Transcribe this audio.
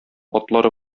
атлары